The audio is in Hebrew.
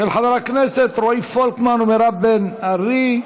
של חברי הכנסת רועי פולקמן ומירב בן ארי.